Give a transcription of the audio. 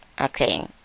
Okay